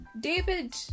david